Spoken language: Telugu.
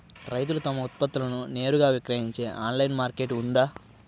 రైతులు తమ ఉత్పత్తులను నేరుగా విక్రయించే ఆన్లైను మార్కెట్ ఉందా?